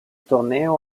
torneo